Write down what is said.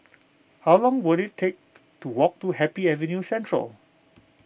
how long will it take to walk to Happy Avenue Central